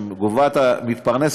שמתפרנסת,